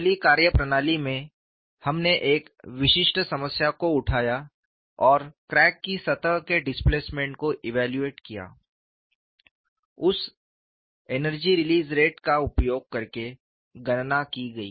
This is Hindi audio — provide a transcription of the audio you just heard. पहली कार्यप्रणाली में हमने एक विशिष्ट समस्या को उठाया और क्रैक की सतह के डिसप्लेसमेंट को इव्यालूएट किया उस रिलीज़ रेट का उपयोग करके गणना की गई